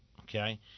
Okay